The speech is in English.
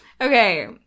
Okay